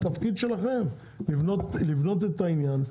לבנות את העניין,